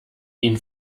ihn